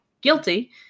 guilty